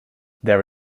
there